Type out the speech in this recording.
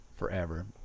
forever